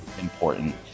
important